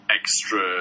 extra